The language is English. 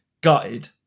Gutted